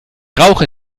rauche